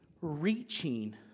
reaching